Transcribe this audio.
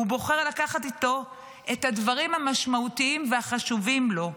הוא בוחר לקחת איתו את הדברים המשמעותיים והחשובים לו.